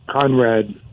Conrad